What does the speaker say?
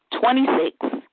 twenty-six